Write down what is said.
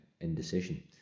indecision